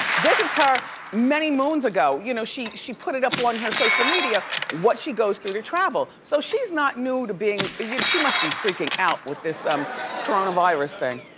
this is her many moons ago. you know she she put it up on her social media what she goes through to travel. so she's not new to being, you know she must be freaking out with this um coronavirus thing.